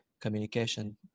communication